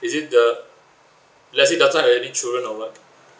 is it the let's say doesn't have any children or what